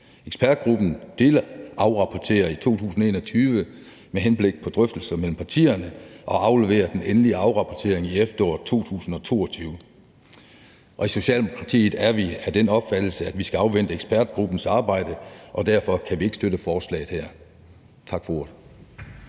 Ekspertgruppen delafrapporterer i 2021 med henblik på drøftelser mellem partierne og afleverer den endelige afrapportering i efteråret 2022. I Socialdemokratiet er vi af den opfattelse, at vi skal afvente ekspertgruppens arbejde, og derfor kan vi ikke støtte forslaget her. Tak for ordet.